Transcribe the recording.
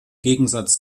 gegensatz